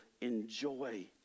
enjoy